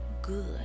Good